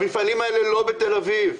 המפעלים האלה לא בתל אביב,